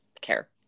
care